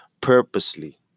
purposely